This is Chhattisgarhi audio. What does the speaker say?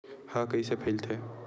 ह कइसे फैलथे?